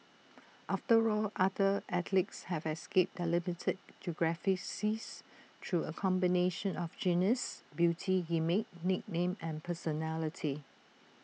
after all other athletes have escaped their limited geographies through A combination of genius beauty gimmick nickname and personality